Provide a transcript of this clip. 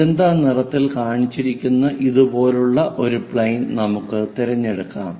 magenta നിറത്തിൽ കാണിച്ചിരിക്കുന്ന ഇതുപോലുള്ള ഒരു പ്ലെയിൻ നമുക്ക് തിരഞ്ഞെടുക്കാം